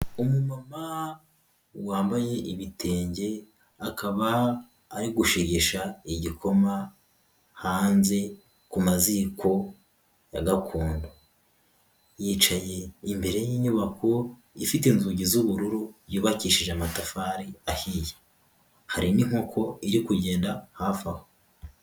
Umumama wambaye ibitenge, akaba ari gushegesha igikoma hanze kumaziko ya gakondo, yicaye imbere y'inyubako ifite inzugi z'ubururu yubakishije amatafari ahiye. Hari n'inkoko iri kugenda hafi aho.